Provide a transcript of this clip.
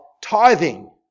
tithing